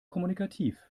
kommunikativ